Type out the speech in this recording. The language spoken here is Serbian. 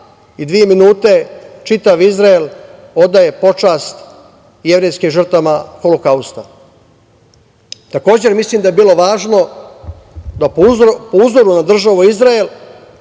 i dve minute čitav Izrael odaje počast jevrejskim žrtvama Holokausta. Takođe, mislim da je bilo važno da po uzoru na državu Izrael